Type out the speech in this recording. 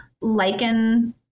lichen